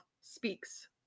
speaks